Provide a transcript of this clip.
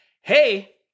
hey